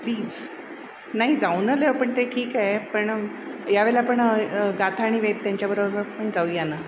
please नाही जाऊन आलो आहे आपण ते ठीक आहे पण यावेळेला आपण गाथा आणि वेद त्यांच्याबरोबर पण जाऊया ना